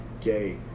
gay